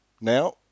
Now